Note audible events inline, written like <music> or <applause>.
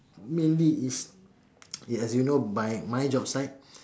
mainly is yes <noise> as you know by my job site